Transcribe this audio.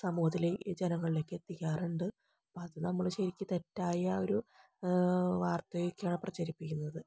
സമൂഹത്തിലെ ജനങ്ങളിലേക്ക് എത്തിക്കാറുണ്ട് അപ്പോൾ അത് നമ്മൾ ശരിക്കും തെറ്റായ ഒരു വാർത്തയൊക്കെയാണ് പ്രചരിപ്പിക്കുന്നത്